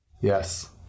Yes